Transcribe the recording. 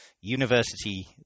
university